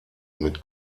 mit